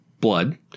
blood